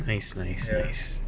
nice nice nice